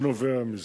שנובע מזה.